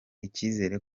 icyizere